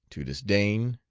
to disdain,